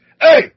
Hey